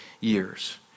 years